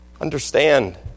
Understand